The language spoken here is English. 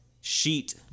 sheet